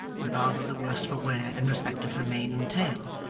and rather the worse for wear in respect of her mane and tail.